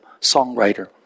songwriter